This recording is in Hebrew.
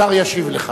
השר ישיב לך.